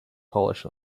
polish